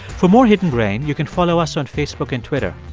for more hidden brain, you can follow us on facebook and twitter.